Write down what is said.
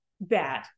bad